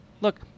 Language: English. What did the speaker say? look